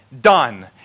done